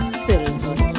silver